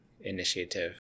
initiative